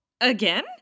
again